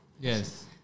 Yes